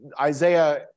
Isaiah